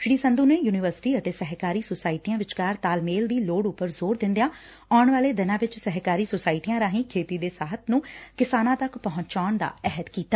ਸ੍ਰੀ ਸੰਧੁ ਨੇ ਯੁਨੀਵਰਸਿਟੀ ਅਤੇ ਸਹਿਕਾਰੀ ਸੁਸਾਇਟੀਆਂ ਵਿਚਕਾਰ ਤਾਲਮੇਲ ਦੀ ਲੋਤ ਉਪਰ ਜ਼ੋਰ ਦਿੰਦਿਆਂ ਆਉਣ ਵਾਲੇ ਦਿਨਾਂ ਵਿੱਚ ਸਹਿਕਾਰੀ ਸੁਸਾਇਟੀਆਂ ਰਾਹੀ ਖੇਤੀ ਦੇ ਸਾਹਿਤ ਨੂੰ ਕਿਸਾਨਾਂ ਤੱਕ ਪਹੁੰਚਾਉਣ ਦਾ ਅਹਿਦ ਕੀਤਾ